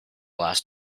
last